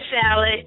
salad